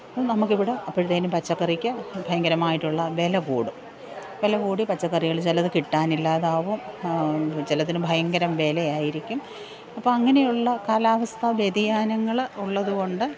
അപ്പം നമ്മൾക്കിവിടെ അപ്പഴത്തേക്കും പച്ചക്കറിക്ക് ഭയങ്കരമായിട്ടുള്ള വില കൂടും വില കൂടി പച്ചക്കറികൾ ചിലത് കിട്ടാനില്ലാതാവും ചിലതിന് ഭയങ്കരം വിലയായിരിക്കും അപ്പം അങ്ങനെയുള്ള കാലാവസ്ഥ വ്യതിയാനങ്ങൾ ഉള്ളതുകൊണ്ട്